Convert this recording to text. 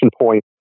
point